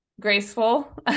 graceful